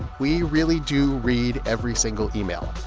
we really do read every single email.